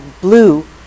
blue